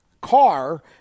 car